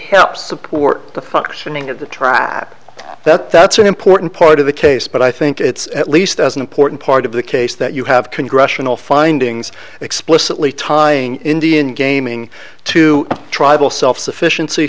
helps support the functioning of the trap that's an important part of the case but i think it's at least as an important part of the case that you have congressional findings explicitly timing indian gaming to tribal self sufficien